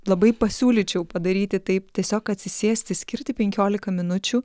labai pasiūlyčiau padaryti taip tiesiog atsisėsti skirti penkiolika minučių